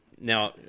Now